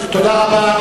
תודה רבה.